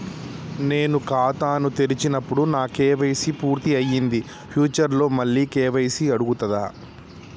నేను ఖాతాను తెరిచినప్పుడు నా కే.వై.సీ పూర్తి అయ్యింది ఫ్యూచర్ లో మళ్ళీ కే.వై.సీ అడుగుతదా?